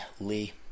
Lee